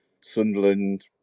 Sunderland